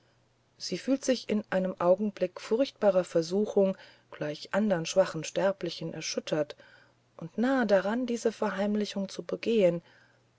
sie fühlt sich in einem augenblick furchtbarer versuchung gleich andern schwachen sterblichen erschüttert und nahe daran diese verheimlichung zu begehen